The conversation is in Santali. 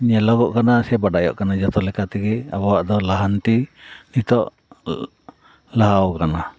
ᱧᱮᱞᱚᱜᱚᱜ ᱠᱟᱱᱟ ᱥᱮ ᱵᱟᱰᱟᱭᱚᱜ ᱠᱟᱱᱟ ᱡᱚᱛᱚ ᱞᱮᱠᱟ ᱛᱮᱜᱮ ᱟᱵᱚᱣᱟᱜ ᱫᱚ ᱞᱟᱦᱟᱱᱛᱤ ᱱᱤᱛᱚᱜ ᱞᱟᱦᱟᱣ ᱟᱠᱟᱱᱟ